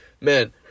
man